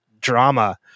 drama